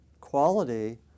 quality